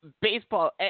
baseball